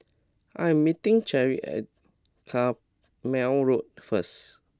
I am meeting Cheryle at Carpmael Road first